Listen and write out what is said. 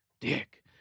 dick